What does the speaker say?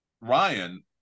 Ryan